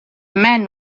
man